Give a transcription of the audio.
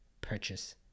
purchase